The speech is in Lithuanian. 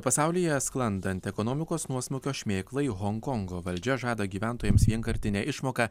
pasaulyje sklandant ekonomikos nuosmukio šmėklai honkongo valdžia žada gyventojams vienkartinę išmoką